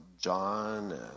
John